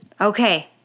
Okay